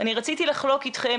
אני רציתי לחלוק איתכם,